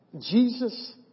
Jesus